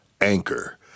Anchor